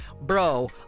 bro